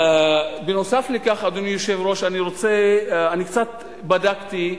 נוסף על כך, אדוני היושב-ראש, אני קצת בדקתי,